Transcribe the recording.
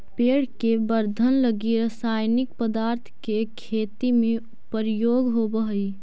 पेड़ के वर्धन लगी रसायनिक पदार्थ के खेती में प्रयोग होवऽ हई